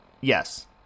Yes